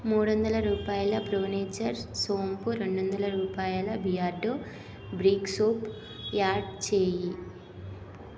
మూడు వందల రూపాయల ప్రో నేచర్ సోంపు రెండు వందల రూపాయల బియర్డో బ్రీక్ సోప్ యాడ్ చేయి